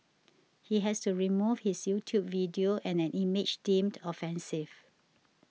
he has to remove his YouTube video and an image deemed offensive